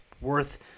worth